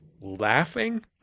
laughing